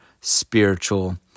spiritual